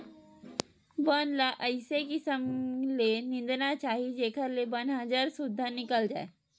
बन ल अइसे किसम ले निंदना चाही जेखर ले बन ह जर सुद्धा निकल जाए